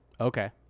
Okay